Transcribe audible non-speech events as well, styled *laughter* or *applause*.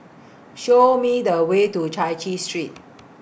*noise* Show Me The Way to Chai Chee Street